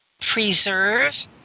preserve